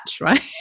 right